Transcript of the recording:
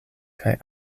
kaj